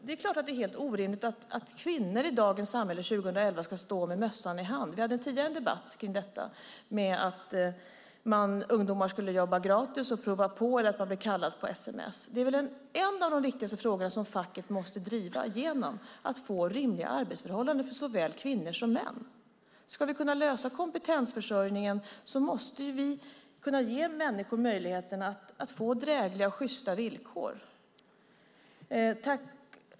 Det är klart att det är helt orimligt att kvinnor i dagens samhälle, 2011, ska stå med mössan i hand. Vi hade tidigare en debatt kring detta att ungdomar skulle jobba gratis och prova på eller bli kallade via sms. En av de viktigaste frågorna som facket måste driva igenom är att få rimliga arbetsförhållanden för såväl kvinnor som män. Ska vi kunna lösa kompetensförsörjningen måste vi kunna ge människor möjligheten att få drägliga och sjysta villkor.